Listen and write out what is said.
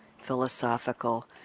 philosophical